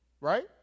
Right